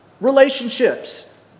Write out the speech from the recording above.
relationships